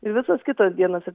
ir visos kitos dienos ir